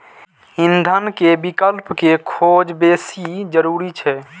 ईंधन के विकल्प के खोज बेसी जरूरी छै